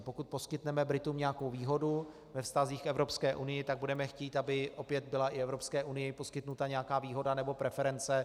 Pokud poskytneme Britům nějakou výhodu ve vztazích k Evropské unii, tak budeme chtít, aby opět byla i Evropské unii poskytnuta nějaká výhoda nebo preference.